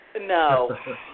No